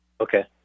Okay